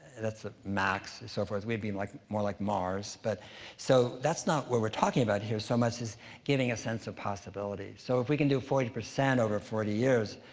that's a max so forth we'd be and like more like mars. but so, that's not what we're talking about here so much as giving a sense of possibility. so if we can do forty percent over forty years,